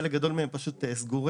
חלק מגדול מהן פשוט סגורים.